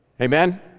Amen